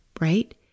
right